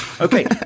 Okay